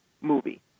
movie